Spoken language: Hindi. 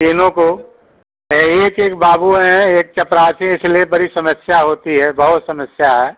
तीनों को ये एक एक बाबू हैं एक चपरासी है इसलिए बड़ी समस्या होती है बहुत समस्या है